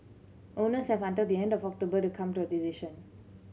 owners have until the end of October to come to a decision